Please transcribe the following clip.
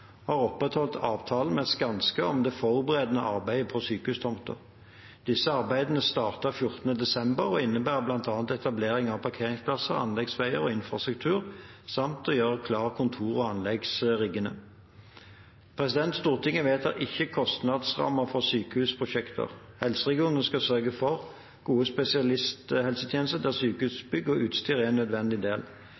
har opprettholdt avtalen med Skanska om det forberedende arbeidet på sykehustomta. Disse arbeidene startet 14. desember og innebærer bl.a. etablering av parkeringsplasser, anleggsveier og infrastruktur samt å gjøre klar kontor- og anleggsriggene. Stortinget vedtar ikke kostnadsrammer for sykehusprosjekter. Helseregionene skal sørge for gode spesialisthelsetjenester der